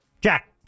Jack